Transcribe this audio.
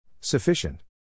Sufficient